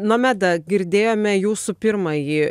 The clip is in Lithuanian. nomeda girdėjome jūsų pirmąjį